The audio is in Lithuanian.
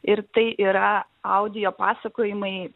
ir tai yra audio pasakojimai